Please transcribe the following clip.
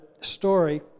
story